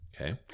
Okay